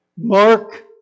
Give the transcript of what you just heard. Mark